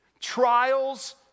Trials